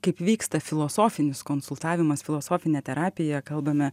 kaip vyksta filosofinis konsultavimas filosofinė terapija kalbame